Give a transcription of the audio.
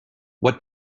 what